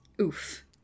Oof